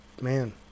Man